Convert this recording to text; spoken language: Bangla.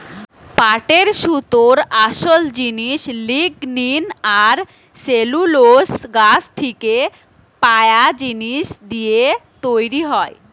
পাটের সুতোর আসোল জিনিস লিগনিন আর সেলুলোজ গাছ থিকে পায়া জিনিস দিয়ে তৈরি হয়